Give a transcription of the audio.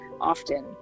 often